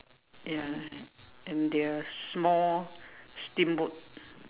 ya and their small steamboat